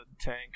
tank